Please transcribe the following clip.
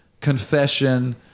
confession